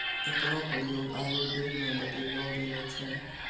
एकरो प्रयोग आयुर्वेद म बतैलो गेलो छै